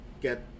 get